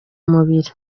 mubiri